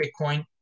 Bitcoin